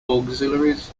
auxiliaries